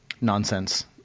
nonsense